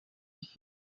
family